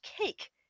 cake